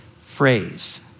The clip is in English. phrase